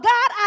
God